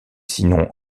sinon